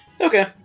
Okay